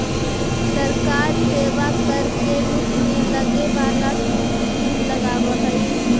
सरकार सेवा कर के रूप में लगे वाला शुल्क भी लगावऽ हई